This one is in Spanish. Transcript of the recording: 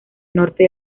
norte